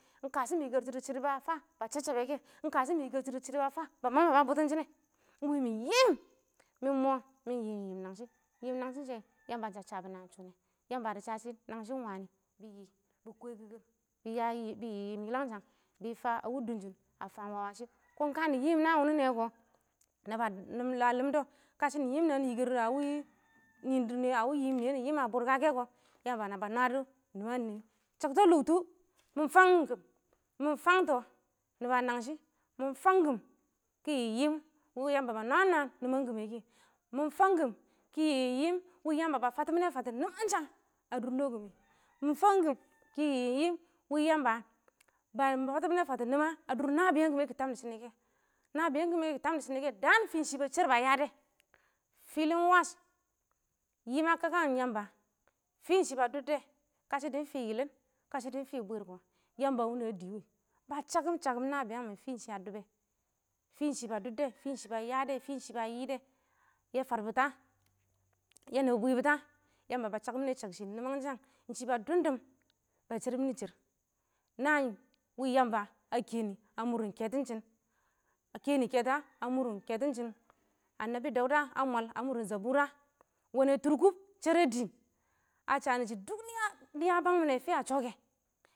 Ing ka shɔ mɪ yikertu dɪ shɪdɔ ba chabchabe kɛ ɪng ka shɔ mɪ yikertu dɪ shɪdo ba fa ba mabmabɛ a bʊtʊn shɪn nɛ ɪng wɪ mɪ yɪm mɪ mɔ ma yɪm, yɪm nangshɪ, nangshɪn shɛ yamba dɪ sha nangshɪ ɪng wanɪ bɪ yɪ, bɪ kwɛkɪ kɛng, bɪ yɪ yim yɪangshang dɪ fa a wɪ dʊnshɪ a fa washɪ, kɔn kanɪ yim naan wɪndɛ nɛ wɛ kɔ naba lɪmdʊ kashɪ nɪ yɪm namɪ yikɛrdʊ a wɪ nɪɪn dɪrr nɪyɛ a wɪ yɪm nɪyɛ a bʊrka kɛ kɔ yamba naba nwadɔ niman nɪyɛ shakta lʊktʊ mɪ fang mɪ fangtɔ nɪba nangshɪ, mɪ fangtɔ kɪ yɪ yim wi yamba ba nwam nwam wɪ nɪman kɪ mɪ fangkɪn ki yi yim wɪ yamba ba fatɔ mɪne fatɔ nimansha a dʊr lɔ kɪmɛ mɪ fangkim kɪ yi yim wɪ yamba ba fatɔ mini fatɔ nima a dʊr nabɪyang kɪmɛ kɪ tam dɪ shini kɛ, nabɪyang kɪmɛ kɪ tam dɪ shɪnɪ nɛ kɛ dɪ daan fɪ ba sheer ba yade filin wash yim a kakan yamba fɪn ɪng shɪ ba dʊbdɛ, kashɪ dɪ ɪng fɪ yɪlɪn kashɪ dɪ ɪng fi bwiir kɔ yamba wɪnɪ a dɪ wɪ ba shakɪm shakɪm nabɪyang mɪn fɪ ɪng shɪ a dʊbɛ fɪn shɪ ba dʊddɛ, fɪn shɪ ba yade fɪn shɪ ba yɪ de yɛ farbɪtɔ yɛ nɪbɔ bwɪbɪta yamba ba shak mɪnɛ shak ɪng shɪ nɪmanshang shɪ ba dʊmdʊm ba sheer mɪnɪ sheer naan wɪ yamba a kɛnɪ a mʊr kɛtʊn shɪn, a kɛnɪ kɛtɔ a mʊr kɛtʊn shɪn ngannabɪ Dauda a mwal a mʊr nɪn shabʊra wɛnɛ tʊʊrkʊb shɛrɛ dɪɪn, a shanɪ shi duniya nɪ a bang mɪnɛ fɪya shɔkɛ